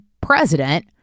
president